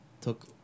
took